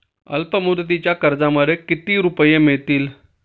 अल्पमुदतीच्या कर्जामध्ये किती रुपये मिळतील?